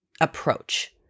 approach